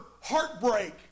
heartbreak